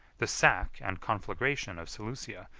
the sack and conflagration of seleucia,